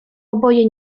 oboje